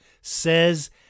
says